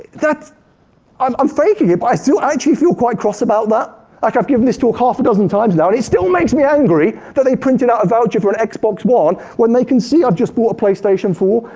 that's i'm um faking it but i still actually feel quite cross about that. like i've given this talk half a dozen times now and it still makes me angry that they printed out a voucher for an xbox one when they can see i've just bought a playstation four.